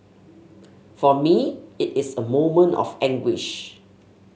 for me it is a moment of anguish